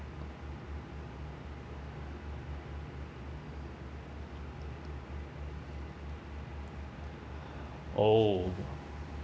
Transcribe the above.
oh